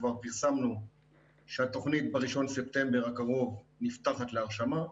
אנחנו כבר פרסמנו שהתוכנית ב-1 בספטמבר הקרוב נפתחת להרשמה.